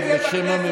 שנים?